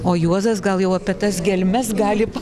o juozas gal jau apie tas gelmes gali